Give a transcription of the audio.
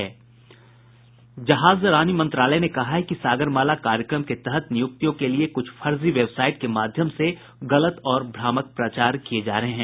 जहाज़ रानी मंत्रालय ने कहा है कि सागरमाला कार्यक्रम के तहत नियुक्तियों के लिए कुछ फर्जी वेबसाइट के माध्यम से गलत और भ्रामक प्रचार किये जा रहे हैं